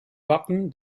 wappen